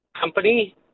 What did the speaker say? company